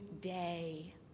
day